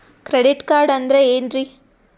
Credit card ಅಂದ್ರ ಏನ್ರೀ?